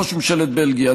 ראש ממשלת בלגיה,